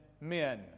men